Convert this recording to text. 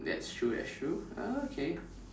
that's true that's true oh okay